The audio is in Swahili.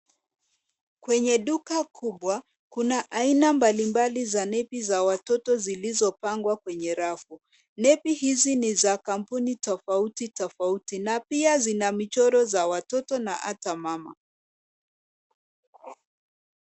Kwenye duka kubwa, kuna aina mbalimbali za nepi za watoto zilizopangwa kwenye rafu. Nepi hizi ni za kampuni tofauti tofauti na pia zina michoro za watoto na hata mama.